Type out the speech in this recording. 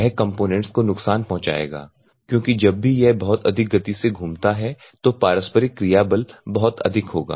यह कंपोनेंट्स को नुकसान पहुंचाएगा क्योंकि जब भी यह बहुत अधिक गति से घूमता है तो पारस्परिक क्रिया बल बहुत अधिक होगा